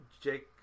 Jake